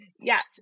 Yes